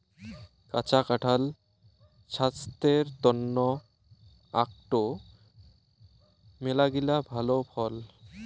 কাঁচা কাঁঠাল ছাস্থের তন্ন আকটো মেলাগিলা ভাল ফল